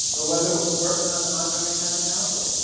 or whether it was workin' on the montgomery county council.